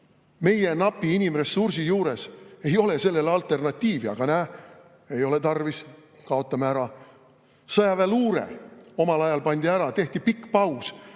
Meie napi inimressursi juures ei ole sellele alternatiivi, aga näe, ei ole tarvis, kaotame ära. Sõjaväeluure omal ajal pandi [kinni], tehti pikk paus.